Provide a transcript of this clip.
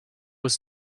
was